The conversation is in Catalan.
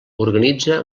organitza